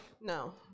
No